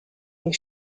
les